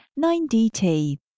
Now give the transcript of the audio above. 9DT